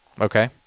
okay